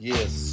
Yes